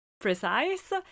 precise